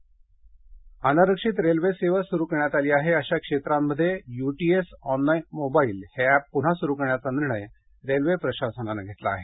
railway app अनारक्षित railway सेवा सुरु करण्यात आली आहे अशा क्षेत्रांमध्ये U T S on mobile हे एप पुन्हा सुरु करण्याचा निर्णय रेल्वे प्रशासनानं घेतला आहे